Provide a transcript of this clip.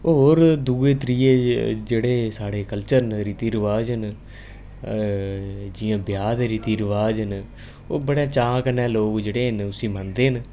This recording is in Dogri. होर दुऐ त्रिये जेह्ड़े साढ़े कल्चर न रीति रवाज न जियां ब्याह् दे रीति रवाज न ओह् बड़े चाऽ कन्नै लोग जेह्ड़े मन्नदे न